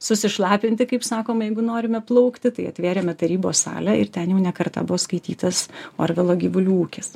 susišlapinti kaip sakoma jeigu norime plaukti tai atvėrėme tarybos salę ir ten jau ne kartą buvo skaitytas orvelo gyvulių ūkis